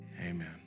Amen